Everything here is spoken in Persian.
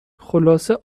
خلاصه